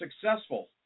successful